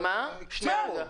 הבידוד?